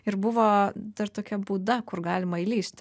ir buvo dar tokia būda kur galima įlįsti